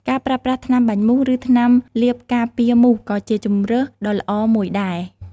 ការប្រើប្រាស់ថ្នាំបាញ់មូស ឬថ្នាំលាបការពារមូសក៏ជាជម្រើសដ៏ល្អមួយដែរ។